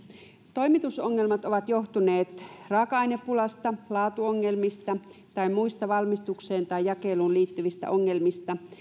toimitusongelmat ovat johtuneet raaka ainepulasta laatuongelmista tai muista valmistukseen tai jakeluun liittyvistä ongelmista